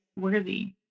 worthy